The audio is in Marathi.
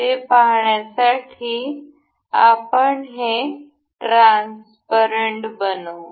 ते पाहण्यासाठी आपण हे ट्रान्सपरंट बनवू